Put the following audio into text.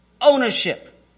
Ownership